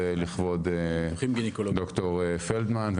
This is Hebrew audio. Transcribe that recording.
זה לכבוד ד"ר פלדמן.